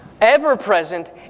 ever-present